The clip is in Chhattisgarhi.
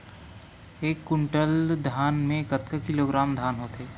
एक कुंटल धान में कतका किलोग्राम धान होथे?